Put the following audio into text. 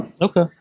Okay